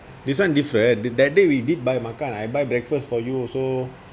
this one different tha~ that day we did buy maka I buy breakfast for you also